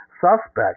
suspect